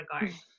regard